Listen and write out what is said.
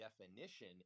definition